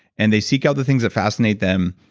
and they seek out the things that fascinate them,